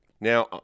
Now